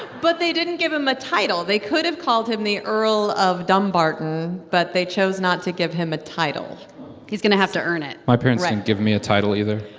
but they didn't give him a title. they could have called him the earl of dumbarton. but they chose not to give him a title he's going to have to earn it my parents. right. didn't give me a title either